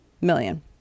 million